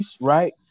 right